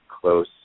close